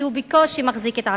שבקושי מחזיק את עצמו.